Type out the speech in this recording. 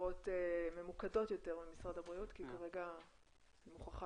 תשובות ממוקדות יותר ממשרד הבריאות כי כרגע אני מוכרחה